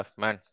man